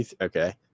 Okay